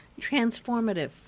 transformative